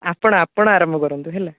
ଆପଣ ଆପଣ ଆରମ୍ଭ କରନ୍ତୁ ହେଲା